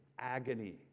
agony